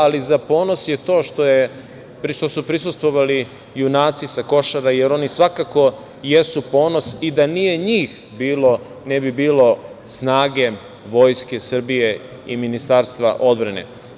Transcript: Ali za ponos je to što su prisustvovali junaci sa Košara, jer oni svakako jesu ponos, i da nije njih bilo, ne bi bilo snage Vojske Srbije i Ministarstva odbrane.